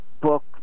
book